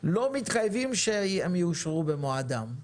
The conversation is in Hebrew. לא מתחייבים שיאושרו במועדם.